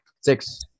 Six